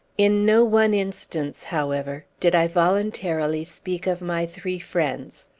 in no one instance, however, did i voluntarily speak of my three friends.